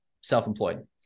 self-employed